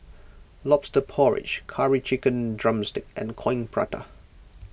Lobster Porridge Curry Chicken Drumstick and Coin Prata